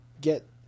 get